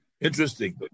Interesting